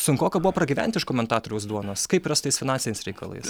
sunkoka buvo pragyventi iš komentatoriaus duonos kaip yra su tais finansiniais reikalais